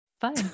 Fine